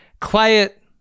quiet